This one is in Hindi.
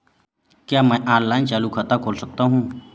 क्या मैं ऑनलाइन चालू खाता खोल सकता हूँ?